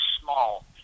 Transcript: small